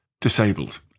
disabled